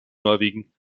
norwegen